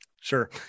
Sure